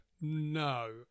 No